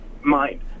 mind